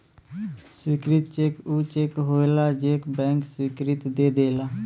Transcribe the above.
स्वीकृत चेक ऊ चेक होलाजे के बैंक स्वीकृति दे देला